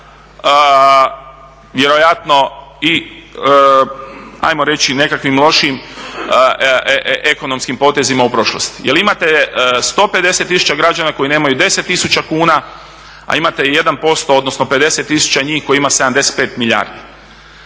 nekakvim lošijim ekonomskim potezima u prošlosti. Jer imate 150 000 građana koji nemaju 10 000 kuna, a imate 1% odnosno 50 000 njih koji ima 75 milijardi.